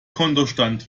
kontostand